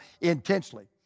intensely